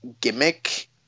gimmick